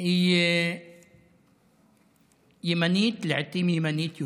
היא ימנית, לעיתים ימנית יותר.